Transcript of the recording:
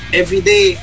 everyday